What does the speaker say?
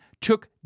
took